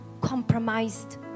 compromised